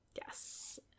yes